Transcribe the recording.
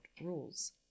rules